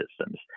systems